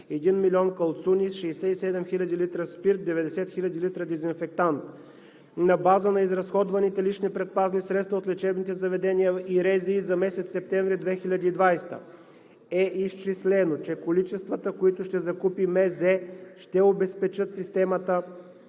1 милион калцуни, 67 хиляди литра спирт, 90 хиляди литра дезинфектант. На база на изразходваните лични предпазни средства от лечебните заведения и РЗИ за месец септември 2020 г. е изчислено, че количествата, които ще закупи Министерството